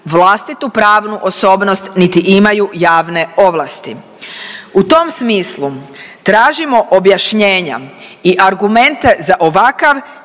vlastitu pravnu osobnost niti imaju javne ovlasti. U tom smislu tražimo objašnjenja i argumente za ovakav